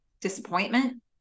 disappointment